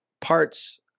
parts